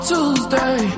Tuesday